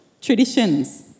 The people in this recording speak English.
traditions